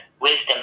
wisdom